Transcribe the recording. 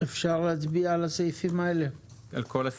אפשר להצביע על הסעיפים שהוקראו,